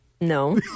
no